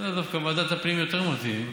דווקא ועדת הפנים יותר מתאים.